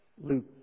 Luke